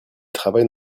travaille